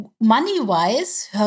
money-wise